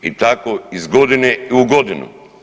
I tako iz godine u godinu.